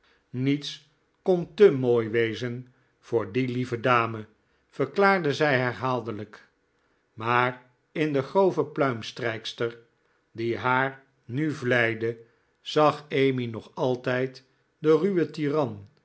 niets kon te mooi wezen voor die lieve dame verklaarde zij herhaaldelijk maar in de grove pluimstrijkster die haar nu vleide zag emmy nog altijd de ruwe